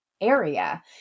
area